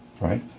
right